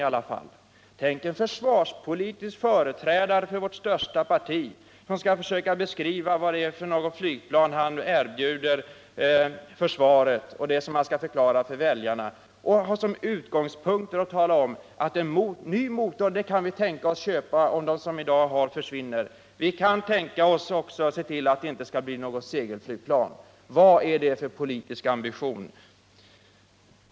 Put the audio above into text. Tänk er att när en försvarspolitisk företrädare för vårt största parti skall försöka beskriva för väljarna vad det är för slags flygplan som han erbjuder försvaret, så har han som utgångspunkt att man kan tänka sig att köpa en ny motor om de nuvarande försvinner och att man kan tänka sig att se till att det inte blir något segelflygplan! Vad är det för politisk ambition?